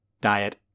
diet